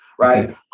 Right